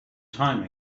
time